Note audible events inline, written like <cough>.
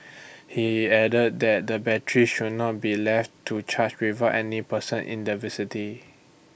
<noise> he added that the batteries should not be left to charge without any person in the <unintelligible>